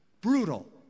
brutal